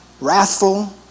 wrathful